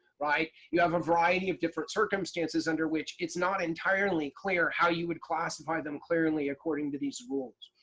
right? you have a variety of different circumstances under which it's not entirely clear how you would classify them clearly according to these rules.